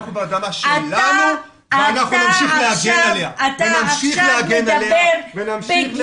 אנחנו באדמה שלנו ואנחנו נמשיך להיאבק עליה ונמשיך להגן עליה.